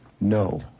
No